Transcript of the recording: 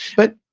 but,